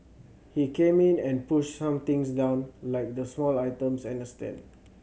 he came in and pushed some things down like the small items and a stand